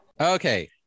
Okay